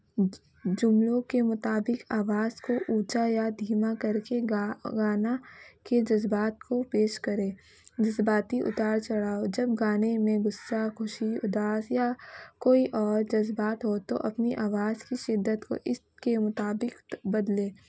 جملوں کے مطابق آواز کو اونچا یا دھیما کر کے گا گانا کے جذبات کو پیش کرے جذباتی اتار چڑھاؤ جب گانے میں غصہ خوشی اداس یا کوئی اور جذبات ہو تو اپنی آواز کی شدت کو اس کے مطابق بدلے